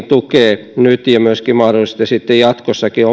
tukee omalla panoksellaan nyt ja myös mahdollisesti sitten jatkossakin